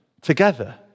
together